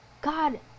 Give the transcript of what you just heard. God